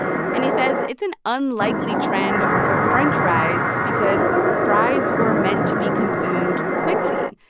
and he says it's an unlikely trend for french fries because fries were meant to be consumed quickly.